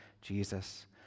Jesus